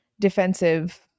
defensive